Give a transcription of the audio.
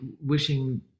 wishing